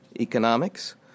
Economics